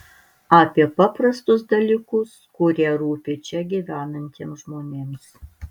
apie paprastus dalykus kurie rūpi čia gyvenantiems žmonėms